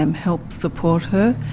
um help support her,